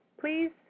Please